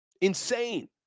insane